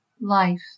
life